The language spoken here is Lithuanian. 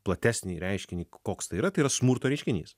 platesnį reiškinį koks tai yra tai yra smurto reiškinys